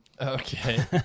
okay